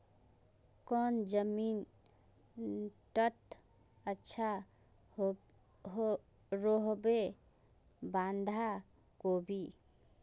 कौन जमीन टत अच्छा रोहबे बंधाकोबी?